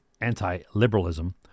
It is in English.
anti-liberalism